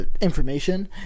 information